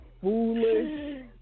foolish